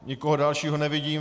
Nikoho dalšího nevidím.